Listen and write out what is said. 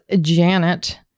Janet